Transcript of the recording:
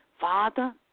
Father